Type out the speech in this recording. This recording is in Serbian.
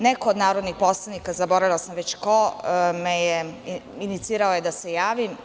Neko od narodnih poslanika, zaboravila sam već ko, inicirao je da se javim.